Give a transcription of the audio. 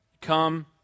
come